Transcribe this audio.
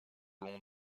long